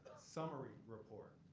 summary report.